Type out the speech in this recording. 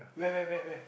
where where where where